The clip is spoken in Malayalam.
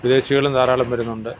വിദേശികളും ധാരാളം വരുന്നുണ്ട്